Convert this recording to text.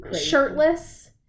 shirtless